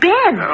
Ben